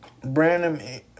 Brandon